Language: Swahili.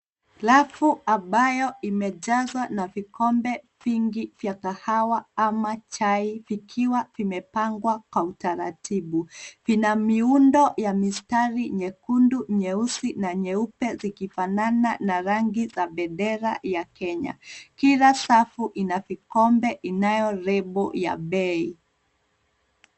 Rafu ambayo imejaza na vikombe vingi vya kahawa ama chai vikiwa vimepangwa kwa utaratibu. Vina miundo ya mistari nyekundu, nyeusi na nyeupe zikifanana na rangi za bendera ya Kenya. Kila safu ina vikombe inayo lebo ya bei.